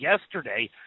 yesterday